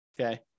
okay